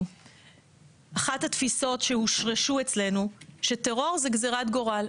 אחת התפיסות שהושרשו אצלנו שטרור זו גזירת גורל,